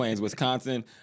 Wisconsin